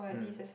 mm